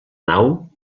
nau